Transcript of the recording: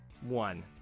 one